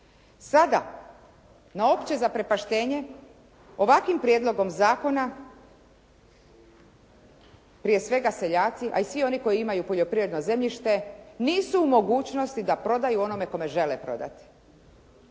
Sada na opće zaprepaštenje ovakvim prijedlogom zakona prije svega seljaci, a i svi oni koji imaju poljoprivredno zemljište nisu u mogućnosti da prodaju onome kome žele prodati.